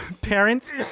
parents